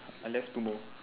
I left two more